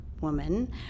woman